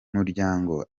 muryango